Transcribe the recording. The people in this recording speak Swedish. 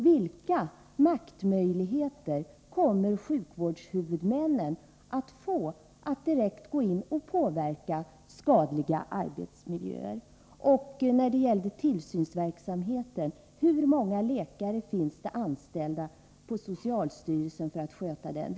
Vilka maktmöjligheter kommer sjukvårdshuvudmännen att få när det gäller att direkt göra något åt skadliga arbetsmiljöer? Hur många läkare finns det vidare anställda på socialstyrelsen för att sköta tillsynsverksamheten?